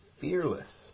fearless